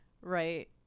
Right